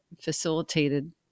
facilitated